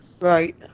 Right